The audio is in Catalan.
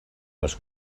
les